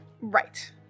Right